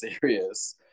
serious